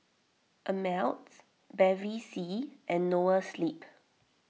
Ameltz Bevy C and Noa Sleep